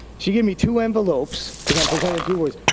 she gave me two envelopes cause i'm presenting two awards.